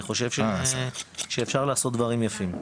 אני חושב שאפשר לעשות דברים יפים.